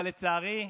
אבל לצערי,